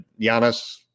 Giannis